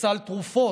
לסל תרופות,